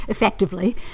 effectively